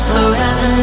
Forever